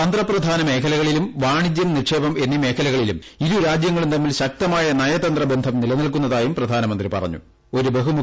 തന്ത്രപ്രധാന മേഖലകളിലും വാണിജ്യം നിക്ഷേപം എന്നീ മേഖലകളിലും ഇരുരാജ്യങ്ങളും തമ്മിൽ ശക്തമായ നയത്രന്ത ബന്ധം നിലനിൽക്കുന്നതായും പ്രധാനമന്ത്രി പറഞ്ഞു